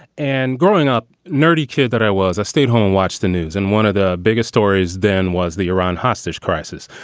and growing up nerdy kid that i was, i stayed home and watched the news. and one of the biggest stories then was the iran hostage crisis.